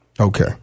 Okay